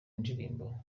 ndirimbo